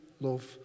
love